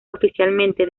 oficialmente